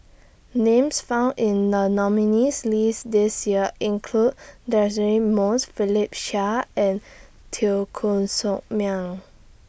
Names found in The nominees' list This Year include Deirdre Moss Philip Chia and Teo Koh Sock Miang